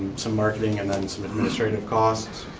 some marketing and then some administrative costs.